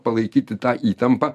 palaikyti tą įtampą